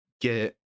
get